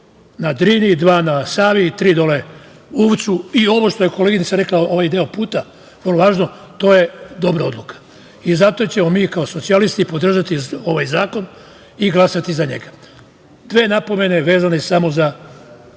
na Drini, dva na Savi i tri dole na Uvcu. Ovo što je koleginica rekla, ovaj deo puta, vrlo važno, to je dobra odluka. Zato ćemo mi kao socijalisti podržati ovaj zakon i glasati za njega. Dve napomene vezane samo za